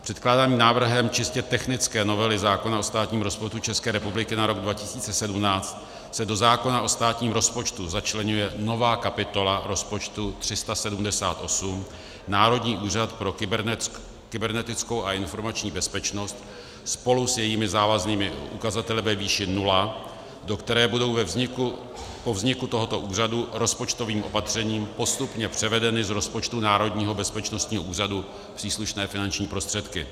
Předkládaným návrhem čistě technické novely zákona o státním rozpočtu České republiky na rok 2017 se do zákona o státním rozpočtu začleňuje nová kapitola rozpočtu 378 Národní úřad pro kybernetickou a informační bezpečnost spolu s jejími závaznými ukazateli ve výši nula, do které budou po vzniku tohoto úřadu rozpočtovým opatřením postupně převedeny z rozpočtu Národního bezpečnostního úřadu příslušné finanční prostředky.